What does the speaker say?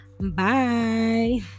bye